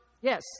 Yes